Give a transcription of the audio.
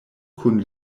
kun